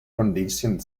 conditioned